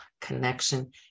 connection